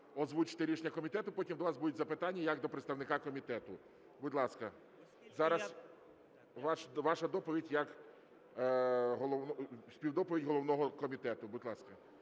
озвучити рішення комітету. Потім до вас будуть запитання, як до представника комітету. Будь ласка, зараз ваша доповідь… співдоповідь головного комітету. Будь ласка.